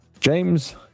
James